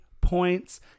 points